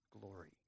glory